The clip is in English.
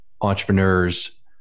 entrepreneurs